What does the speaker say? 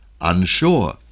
unsure